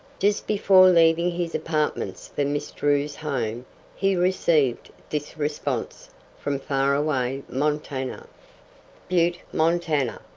just before leaving his apartments for miss drew's home he received this response from faraway montana butte, montana,